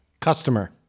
Customer